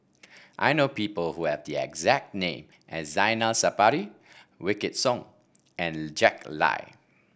I know people who have the exact name as Zainal Sapari Wykidd Song and Jack Lai